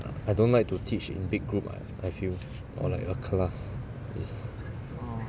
I don't like to teach in big group lah I feel or like a class is